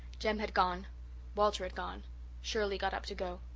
jem had gone walter had gone shirley got up to go.